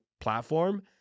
platform